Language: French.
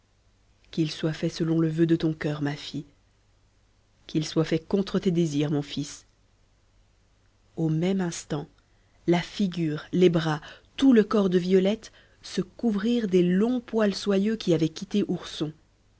qu'il soit fait selon le voeu de ton coeur ma fille qu'il soit fait contre tes désirs mon fils au même instant la figure les bras tout le corps de violette se couvrirent des longs poils soyeux qui avaient quitté ourson